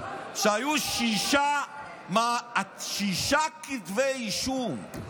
שהיו שישה כתבי אישום.